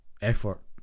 effort